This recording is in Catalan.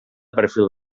perfil